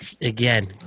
again